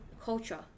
culture